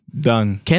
Done